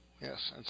Yes